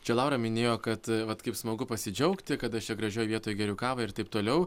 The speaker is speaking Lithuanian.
čia laura minėjo kad vat kaip smagu pasidžiaugti kad aš čia gražioj vietoj geriu kavą ir taip toliau